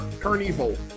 Carnival